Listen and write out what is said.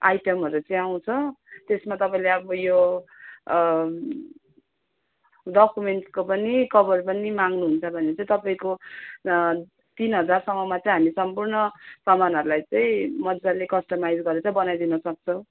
आइटमहरू चाहिँ आउँछ त्यसमा तपाईँले अब यो डकुमेन्ट्सको पनि कभर पनि माग्नुहुन्च भने चाहिँ तपाईँको तिन हजारसम्ममा हामी सम्पूर्ण सामानहरूलाई चाहिँ मजाले कस्टमाइज गरेर बनाइदिन सक्छौँ